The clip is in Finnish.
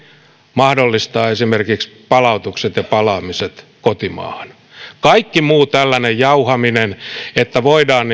mahdollistaa esimerkiksi palautukset ja palaamiset kotimaahan kaikki muu tällainen jauhaminen että voidaan